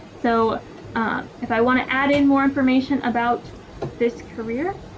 so if i want to add in more information about this career